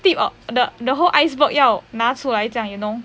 tip of the the whole iceberg 要拿出来这样 you know